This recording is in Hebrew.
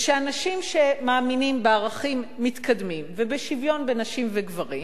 ושאנשים שמאמינים בערכים מתקדמים ובשוויון בין נשים לגברים